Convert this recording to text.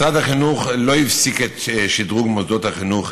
משרד החינוך לא הפסיק את שדרוג מוסדות החינוך